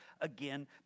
Again